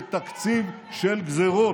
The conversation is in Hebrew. זה תקציב של גזרות.